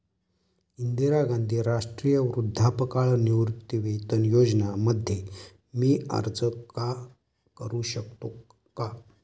इंदिरा गांधी राष्ट्रीय वृद्धापकाळ निवृत्तीवेतन योजना मध्ये मी अर्ज का करू शकतो का?